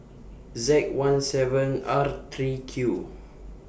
Z one seven R three Q